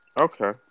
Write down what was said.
Okay